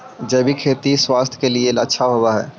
जैविक खेती स्वास्थ्य के लिए अच्छा होवऽ हई